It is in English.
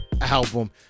album